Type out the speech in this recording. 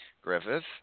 Griffith